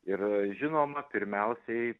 ir žinoma pirmiausiai